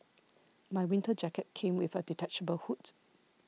my winter jacket came with a detachable hood